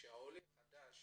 כשעולה חדש